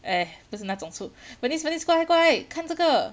eh 不是那种醋 venice venice 过来过来看这个